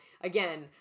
Again